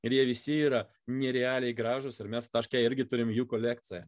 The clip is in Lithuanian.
ir jie visi yra nerealiai gražūs ir mes taške irgi turime jų kolekciją